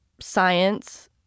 science